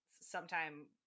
sometime